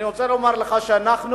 אני רוצה לומר לך שאנחנו,